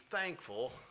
thankful